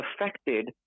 affected